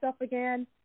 again